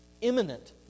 Imminent